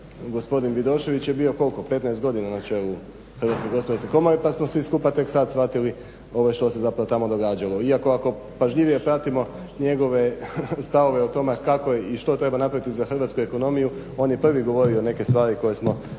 gospodin Vidošević je bio koliko, 15 godina na čelu Hrvatske gospodarske komore pa smo svi skupa tek sad shvatili što se zapravo tamo događalo. Iako ako pažljivije pratimo njegove stavove o tome kako i što treba napraviti za hrvatsku ekonomiju, on je prvi govorio neke stvari koje smo